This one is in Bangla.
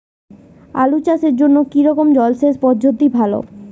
আলু চাষের জন্য কী রকম জলসেচ পদ্ধতি ভালো?